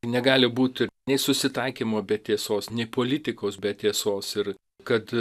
negali būti nei susitaikymo be tiesos nei politikos be tiesos ir kad